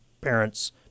parent's